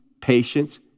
patience